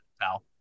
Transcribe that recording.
pal